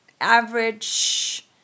average